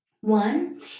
One